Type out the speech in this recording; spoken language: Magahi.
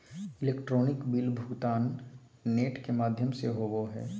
इलेक्ट्रॉनिक बिल भुगतान नेट के माघ्यम से होवो हइ